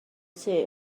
teulu